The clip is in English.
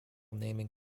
naming